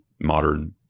modern